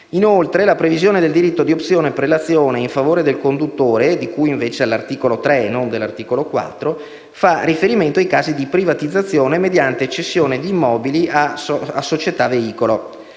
inoltre, la previsione del diritto di opzione-prelazione in favore del conduttore, di cui all'articolo 3 (e non 4), fa riferimento ai casi di privatizzazione mediante cessione di immobili a società veicolo.